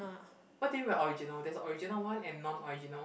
what do you mean original there's a original one and non original